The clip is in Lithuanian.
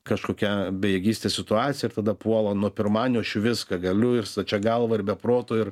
kažkokia bejėgystės situaciją ir tada puola nuo pirmadienio aš viską galiu ir stačia galva ir be proto ir